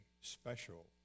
special